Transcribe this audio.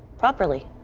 properly.